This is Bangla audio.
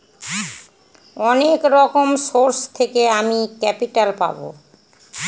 অনেক রকম সোর্স থেকে আমি ক্যাপিটাল পাবো